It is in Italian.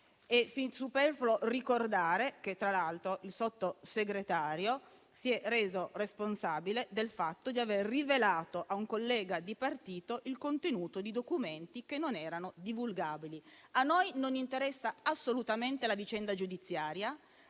fin superfluo ricordare che, tra l'altro, il Sottosegretario si è reso responsabile del fatto di aver rivelato a un collega di partito il contenuto di documenti che non erano divulgabili. A noi non interessa assolutamente la vicenda giudiziaria.